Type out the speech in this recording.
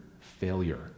failure